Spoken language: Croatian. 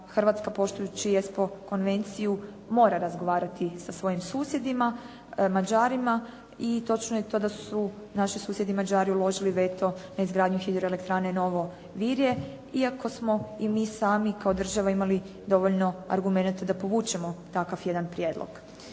Hrvatska poštujući ESPO konvenciju mora razgovarati sa svojim susjedima Mađarima i točno je to da su naši susjedi Mađari uložili veto na izgradnju Hidroelektrane Novo Virje iako smo i mi sami kao država imali dovoljno argumenata da povučemo takav jedan prijedlog.